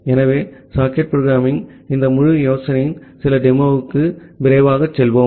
ஆகவே socket programming இந்த முழு யோசனையின் சில டெமோவுக்கு விரைவாக செல்வோம்